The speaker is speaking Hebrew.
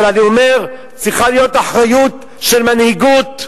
אבל אני אומר: צריכה להיות אחריות של מנהיגות.